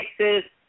Texas